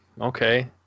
Okay